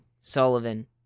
Sullivan